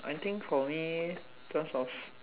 I think for me in terms of